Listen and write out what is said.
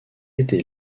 été